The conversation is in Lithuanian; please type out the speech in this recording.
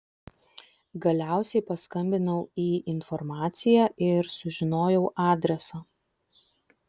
galiausiai paskambinau į informaciją ir sužinojau adresą